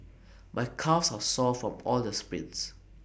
my calves are sore from all the sprints